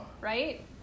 Right